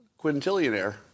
quintillionaire